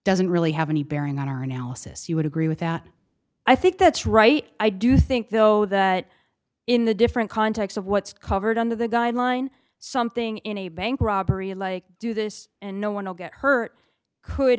doesn't really have any bearing on our analysis you would agree with that i think that's right i do think though that in the different context of what's covered under the guideline something in a bank robbery like do this and no one will get hurt could